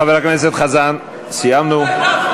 חבר הכנסת חזן, סיימנו.